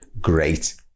great